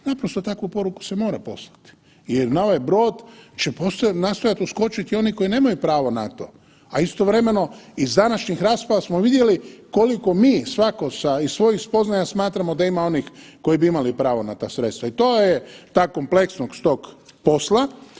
Naprosto takvu poruku se mora poslati jer na ovaj brod će nastojati uskočiti oni koji nemaju pravo na to, a istovremeno iz današnjih rasprava smo vidjeli koliko mi svako iz svojih spoznaja smatramo da ima onih koji bi imali pravo na ta sredstva i to je ta kompleksnost tog posla.